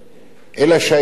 אלא שהעיתון,